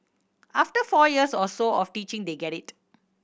after four years or so of teaching they get it